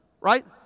Right